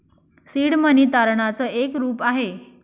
seed money तारणाच एक रूप आहे